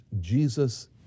jesus